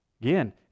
Again